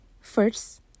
First